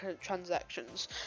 transactions